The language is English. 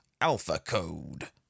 AlphaCode